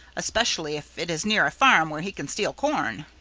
especially if it is near a farm where he can steal corn.